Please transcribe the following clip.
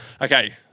Okay